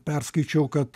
perskaičiau kad